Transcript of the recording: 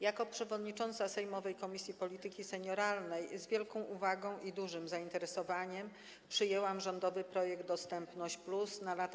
Jako przewodnicząca sejmowej Komisji Polityki Senioralnej z wielką uwagą i dużym zainteresowaniem przyjęłam rządowy projekt „Dostępność+” na lata